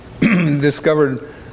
discovered